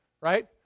Right